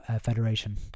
federation